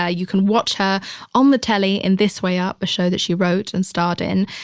ah you can watch her on the telly in this way up, a show that she wrote and starred in,